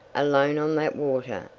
alone on that water,